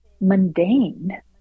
mundane